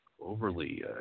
overly